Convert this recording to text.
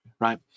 right